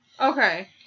Okay